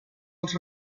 els